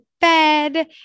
bed